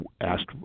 asked